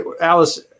alice